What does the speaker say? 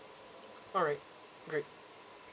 alright great